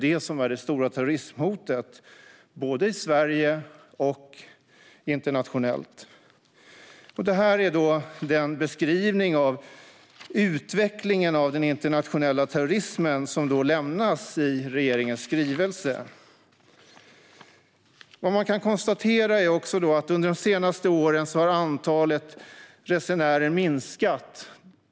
Detta är den beskrivning av den internationella terrorismens utveckling som lämnas i regeringens skrivelse. Man kan också konstatera att antalet resenärer har minskat under de senaste åren.